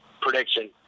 prediction